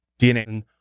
dna